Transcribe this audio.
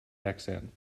accent